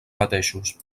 mateixos